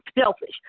selfish